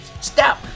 Stop